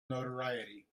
notoriety